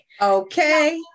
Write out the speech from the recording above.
okay